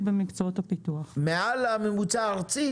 במקצועות הפיתוח הוא מעל הממוצע הארצי.